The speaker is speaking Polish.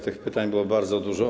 Tych pytań było bardzo dużo.